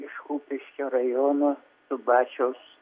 iš kupiškio rajono subačiaus